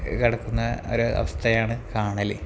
കിടക്കുന്ന ഒരു അവസ്ഥയാണ് കാണാറ്